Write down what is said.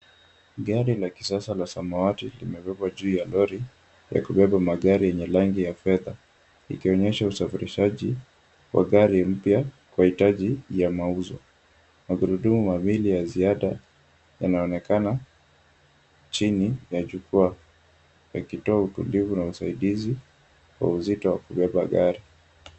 Gari la kisasa la samawati limebeba juu ya lori yakiwemo magari yenye rangi ya fedha. Ikionyesha usafirishaji wa gari jipya kwa hitaji la mauzo magurudumu mawili ya ziada yanaonekana chini ya jukwaa yakitoa utulivu na usaidizi wa uzito wa kubeba gari.